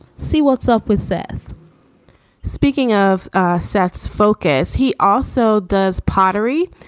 see what's up with seth speaking of seth's focus, he also does pottery.